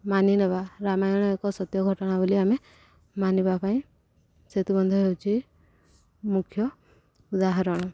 ମାନି ନେବା ରାମାୟଣ ଏକ ସତ୍ୟ ଘଟଣା ବୋଲି ଆମେ ମାନିବା ପାଇଁ ସେତୁବନ୍ଧ ହେଉଛି ମୁଖ୍ୟ ଉଦାହରଣ